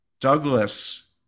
Douglas